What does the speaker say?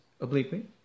obliquely